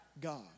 God